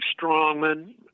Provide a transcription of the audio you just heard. Strongman